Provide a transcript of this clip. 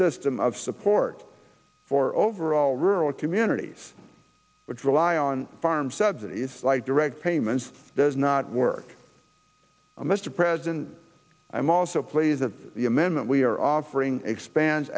system of support for overall rural communities which rely on farm subsidies like direct payments does not work mr president i'm also pleased that the amendment we are offering expands